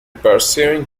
pursuing